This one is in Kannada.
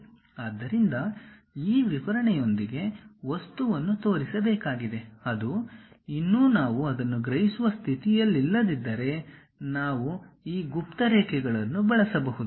ಆದ್ದರಿಂದ ಈ ವಿವರಣೆಯೊಂದಿಗೆ ವಸ್ತುವನ್ನು ತೋರಿಸಬೇಕಾಗಿದೆ ಅದು ಇನ್ನೂ ನಾವು ಅದನ್ನು ಗ್ರಹಿಸುವ ಸ್ಥಿತಿಯಲ್ಲಿಲ್ಲದಿದ್ದರೆ ನಾವು ಈ ಗುಪ್ತ ರೇಖೆಗಳನ್ನು ಬಳಸಬಹುದು